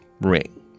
ring